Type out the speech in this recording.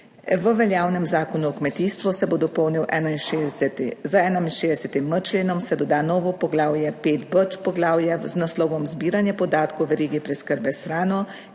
v veljavnem Zakonu o kmetijstvu, se bo dopolnil 61., za 61.m členom se doda novo poglavje 5b poglavje z naslovom Zbiranje podatkov v verigi preskrbe s hrano,